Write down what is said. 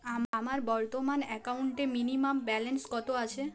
আমার বর্তমান একাউন্টে মিনিমাম ব্যালেন্স কত আছে?